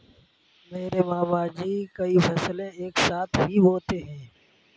मेरे मामा जी कई फसलें एक साथ ही बोते है